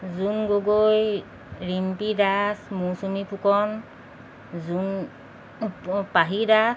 Jon Gogoi Rimpi Das Mousumi Phukan Jun Pahi Das